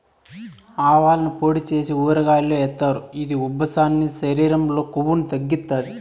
ఆవాలను పొడి చేసి ఊరగాయల్లో ఏస్తారు, ఇది ఉబ్బసాన్ని, శరీరం లో కొవ్వును తగ్గిత్తాది